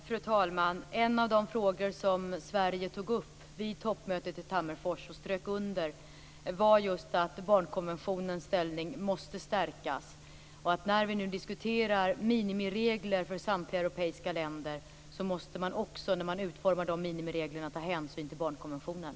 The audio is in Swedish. Fru talman! En av de frågor som Sverige tog upp och strök under vid toppmötet i Tammerfors var just att barnkonventionens ställning måste stärkas. När vi nu diskuterar minimiregler för samtliga europeiska länder måste man också när man utformar dem ta hänsyn till barnkonventionen.